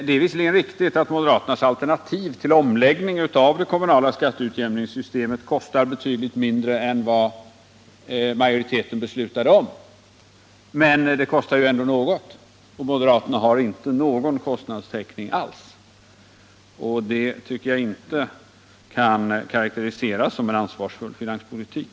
Det är visserligen riktigt att moderaternas alternativ till omläggning av det kommu nala skatteutjämningssystemet kostar betydligt mindre än vad majoriteten beslutade om, men det kostade ju ändå något, och moderaterna har inte någon kostnadstäckning alls. Det tycker jag inte kan karakteriseras som en ansvarsfull finanspolitik.